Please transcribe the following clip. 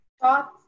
thoughts